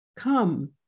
Come